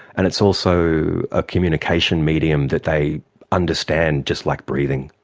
and it's also a communication medium that they understand, just like breathing,